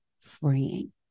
freeing